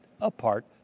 apart